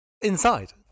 Inside